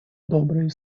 добрые